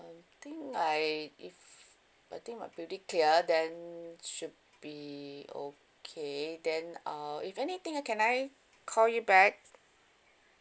I think I if I think I'm pretty clear then should be okay then uh if anything can I call you back